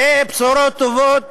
בבשורות טובות,